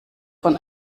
von